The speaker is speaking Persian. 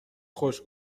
خوش